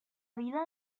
vida